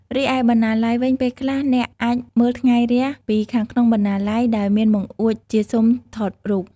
រីឯបណ្ណាល័យវិញ ពេលខ្លះ អ្នកអាចមើលថ្ងៃរះពីខាងក្នុងបណ្ណាល័យ ដោយមានបង្អួចជាស៊ុមថតរូប។